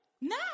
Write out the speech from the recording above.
No